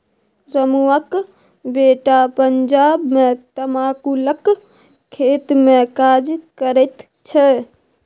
रमुआक बेटा पंजाब मे तमाकुलक खेतमे काज करैत छै